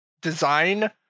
design